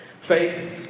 faith